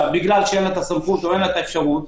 בגלל שאין לה הסמכות ואין לה האפשרות,